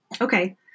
Okay